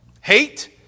Hate